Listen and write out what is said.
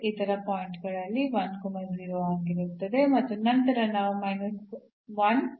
ಇತರ ಪಾಯಿಂಟ್ ಗಳಲ್ಲಿ ಆಗಿರುತ್ತದೆ ಮತ್ತು ನಂತರ ನಾವು ಅನ್ನು ಹೊಂದಿರುತ್ತೇವೆ